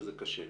וזה קשה.